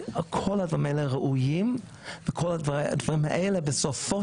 כל הדברים האלה ראויים וכל הדברים האלה בסופו